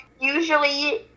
usually